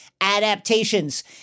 adaptations